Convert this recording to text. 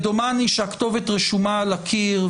דומני שהכתובת רשומה על הקיר,